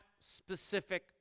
specific